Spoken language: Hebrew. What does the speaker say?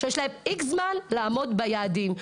שיש להן X זמן לעמוד ביעדים.